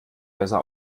besser